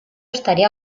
estaría